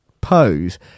pose